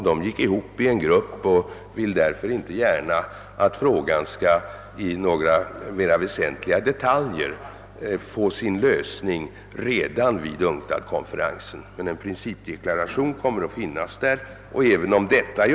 De gick tillsammans i en grupp som inte gärna ser att frågans mer väsentliga detaljproblem löses vid UNCTAD-konferensen. En principdeklaration kommer emellertid att föreligga.